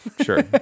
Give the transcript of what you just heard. sure